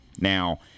now